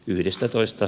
puhemies